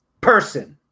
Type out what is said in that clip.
person